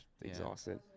exhausted